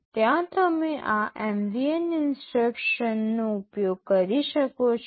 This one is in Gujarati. ત્યાં તમે આ MVN ઇન્સટ્રક્શનનો ઉપયોગ કરી શકો છો